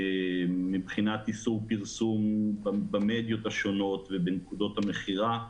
מבחינת איסור פרסום במדיות השונות ובנקודות המכירה.